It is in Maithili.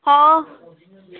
हॅं